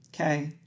okay